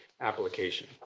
application